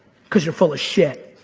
cause you're full of shit.